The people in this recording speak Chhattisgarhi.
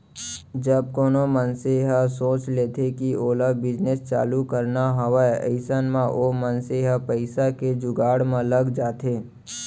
जब कोनो मनसे ह सोच लेथे कि ओला बिजनेस चालू करना हावय अइसन म ओ मनसे ह पइसा के जुगाड़ म लग जाथे